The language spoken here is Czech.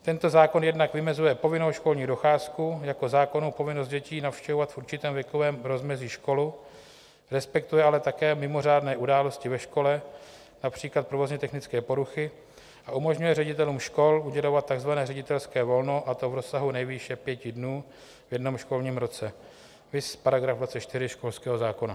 Tento zákon jednak vymezuje povinnou školní docházku jako zákonnou povinnost dětí navštěvovat v určitém věkovém rozmezí školu, respektuje ale také mimořádné události ve škole, například provoznětechnické poruchy, a umožňuje ředitelům škol udělovat takzvané ředitelské volno, a to v rozsahu nejvýše pěti dnů v jednom školním roce, viz § 24 školského zákona.